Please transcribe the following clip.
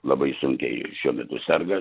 labai sunkiai šiuo metu serga